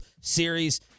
Series